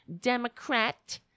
Democrat